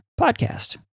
podcast